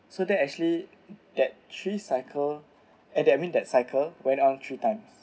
so that actually that three cycle and that mean that cycle went on three times